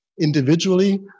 Individually